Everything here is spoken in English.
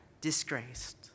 disgraced